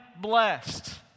blessed